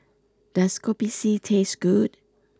does Kopi C taste good